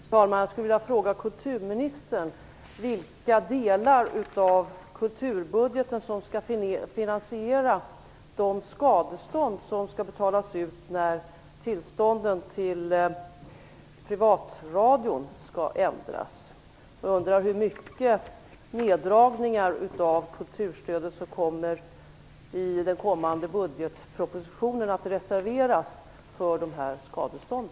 Fru talman! Jag skulle vilja fråga kulturministern vilka delar av kulturbudgeten som skall finansiera de skadestånd som skall betalas ut när tillstånden till privatradion skall ändras. Jag undrar alltså hur stora neddragningar av kulturstödet som kommer att krävas för att i den kommande budgetpropositionen reservera medel för sådana skadestånd.